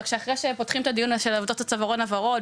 אבל אחרי שפותחים את הדיון של עובדות הצווארון הוורוד,